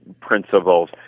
principles